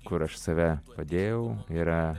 kur aš save padėjau yra